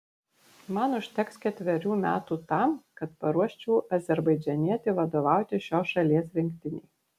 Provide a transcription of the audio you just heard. man užteks ketverių metų tam kad paruoščiau azerbaidžanietį vadovauti šios šalies rinktinei